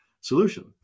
solution